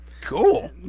cool